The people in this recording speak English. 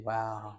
Wow